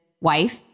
wife